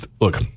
Look